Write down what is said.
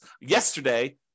yesterday